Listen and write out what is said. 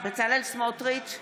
בצלאל סמוטריץ'